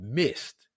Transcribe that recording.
missed